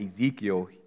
Ezekiel